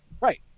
Right